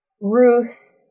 Ruth